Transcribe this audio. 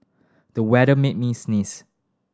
the weather made me sneeze